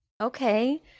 Okay